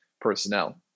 personnel